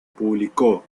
publicó